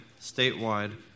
statewide